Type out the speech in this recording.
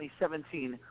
2017